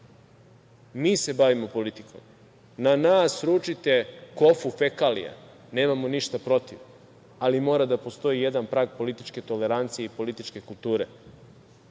Mi se bavimo politikom, na nas sručite kofu fekalija, nemamo ništa protiv, ali mora da postoji jedan prag političke tolerancije i političke kulture,